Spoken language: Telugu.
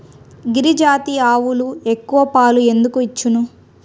గిరిజాతి ఆవులు ఎక్కువ పాలు ఎందుకు ఇచ్చును?